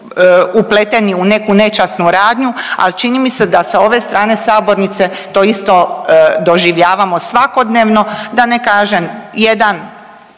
upleteni u neku nečasnu radnju, ali čini mi se da sa ove strane sabornice to isto doživljavamo svakodnevno, da ne kažem jedan